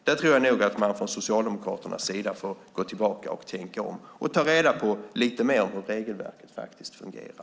Där tror jag att man från Socialdemokraternas sida får gå tillbaka och tänka om och ta reda på lite mer om hur regelverket faktiskt fungerar.